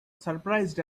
surprised